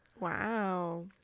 Wow